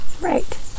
right